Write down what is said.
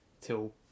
till